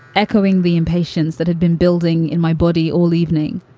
echoing the impatience that had been building in my body all evening.